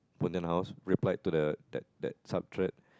Pontianak house replied to the that that subthread